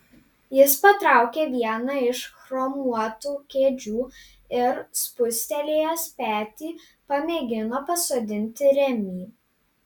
jis patraukė vieną iš chromuotų kėdžių ir spustelėjęs petį pamėgino pasodinti remį